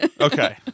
Okay